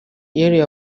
yeruye